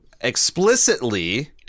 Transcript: explicitly